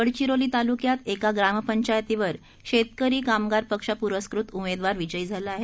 गडचिरोली ताल्क्यात एका ग्रामंपचायतीवर शेतकरी कामगार पक्षप्रस्कृत उमेदवार विजयी झाले आहेत